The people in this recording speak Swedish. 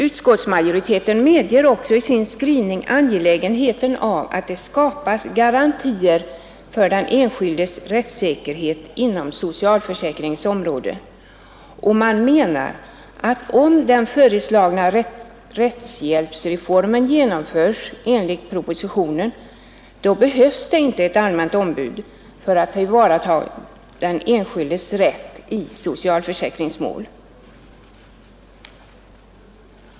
Utskottsmajoriteten medger också i sin skrivning angelägenheten av att det skapas garantier för den enskildes rättssäkerhet inom socialförsäkringens område, och man menar att om rättshjälpsrefor men genomförs i enlighet med propositionens förslag så behövs det inte något allmänt ombud för att tillvarata den enskildes rätt i socialförsäkringsmål.